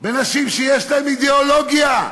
בנשים שיש להן אידיאולוגיה,